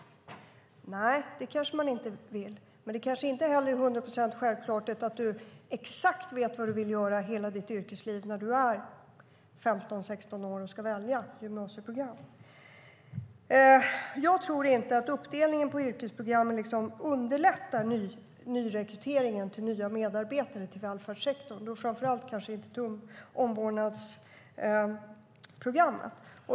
Nej, det kanske de inte vill, men det kanske inte heller är till hundra procent självklart att du vet exakt vad du vill göra hela ditt yrkesverksamma liv när du är 15-16 år och ska välja gymnasieprogram. Jag tror inte att uppdelningen på yrkesprogrammen underlättar rekryteringen av nya medarbetare till välfärdssektorn, framför allt inte till omvårdnadsprogrammet.